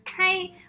Hi